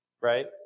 Right